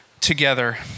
together